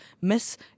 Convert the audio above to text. Miss